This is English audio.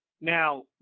Now